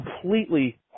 completely